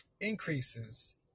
increases